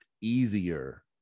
easier